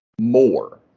more